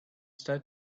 start